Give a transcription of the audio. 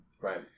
Right